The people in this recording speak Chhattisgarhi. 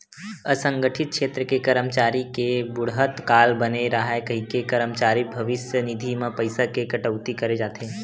असंगठित छेत्र के करमचारी के बुड़हत काल बने राहय कहिके करमचारी भविस्य निधि म पइसा के कटउती करे जाथे